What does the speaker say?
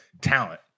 talent